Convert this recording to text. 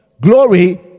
glory